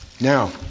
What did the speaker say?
Now